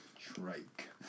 Trike